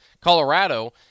Colorado